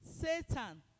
Satan